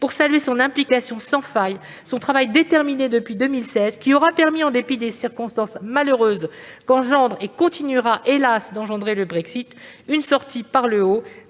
à saluer l'implication sans faille et le travail déterminé depuis 2016. Il aura permis, en dépit des conséquences malheureuses qu'engendre et que continuera, hélas, d'engendrer le Brexit, une sortie par le haut,